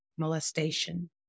molestation